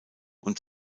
und